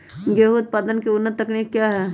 गेंहू उत्पादन की उन्नत तकनीक क्या है?